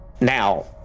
Now